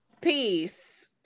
Peace